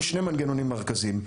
יש שני מנגנונים מרכזיים.